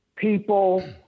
people